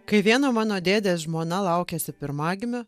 kai vieno mano dėdės žmona laukėsi pirmagimio